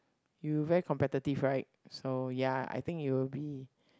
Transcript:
you very competitive right so ya I think it will be